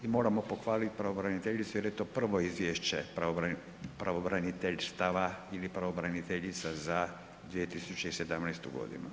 I moramo pohvaliti pravobraniteljicu jer je to prvo Izvješće pravobraniteljstava ili pravobraniteljica za 2017. godinu.